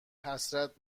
حسرت